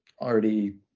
already